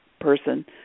person